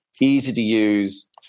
easy-to-use